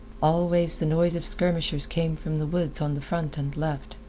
always the noise of skirmishers came from the woods on the front and left,